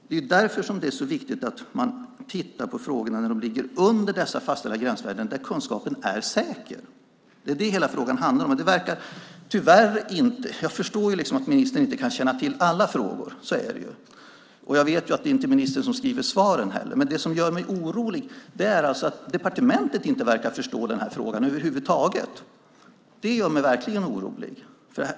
Det är därför det är så viktigt att titta på när det ligger under de fastställda gränsvärden där kunskapen är säker. Det är det som frågan handlar om. Jag förstår att ministern inte kan känna till alla frågor. Jag vet att det inte är ministern som skriver svaren. Det som gör mig orolig är att departementet inte verkar förstå frågan över huvud taget. Det gör mig verkligen orolig.